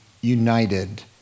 united